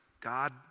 God